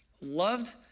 loved